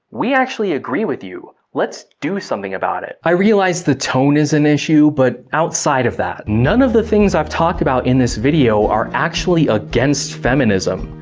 we actually agree with you, let's do something about it? i realize the tone is an issue, but outside of that. none of the things i've talked about in this video are actually against feminism,